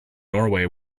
norway